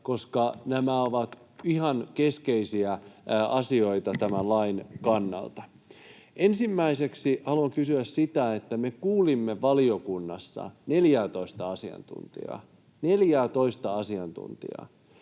koska nämä ovat ihan keskeisiä asioita tämän lain kannalta. Ensimmäiseksi haluan kysyä sitä, että me kuulimme valiokunnassa 14:ää asiantuntijaa